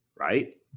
Right